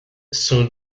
son